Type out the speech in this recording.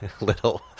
little